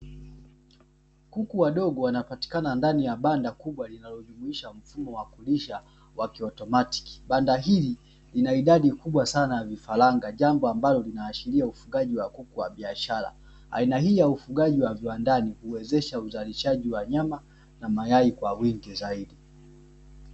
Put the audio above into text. Kuku wadogo wanapatikana ndani ya banda kubwa linalojumuisha mfumo wakulisha wa kiautomatiki. Banda hili lina idadi kubwa sana ya vifaranga jambo ambalo linaashiria ufugaji wa kuku wabiashara. Aina hii ya ufugaji wa viwandani huwezesha uzalishaji wa nyama na mayai kwa wingi zaidi.